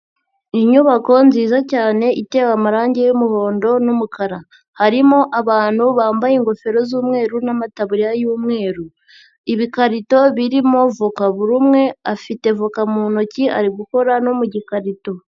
Inyubako nziza cyane itewe amarangi y'umuhondo n'umukara. Harimo abantu bambaye ingofero z'umweru na'amataburiya y'umweru. Ibikarito birimo voka, buri umwe afite voka mu ntoki ari gukora no mu gikarito.